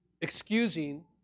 excusing